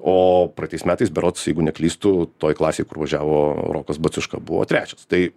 o praeitais metais berods jeigu neklystu toj klasėj kur važiavo rokas baciuška buvo trečias tai